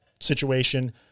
situation